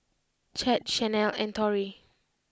Chet Shanell and Torey